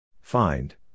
Find